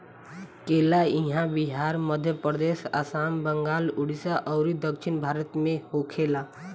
केला इहां बिहार, मध्यप्रदेश, आसाम, बंगाल, उड़ीसा अउरी दक्षिण भारत में होखेला